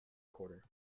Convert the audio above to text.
quarter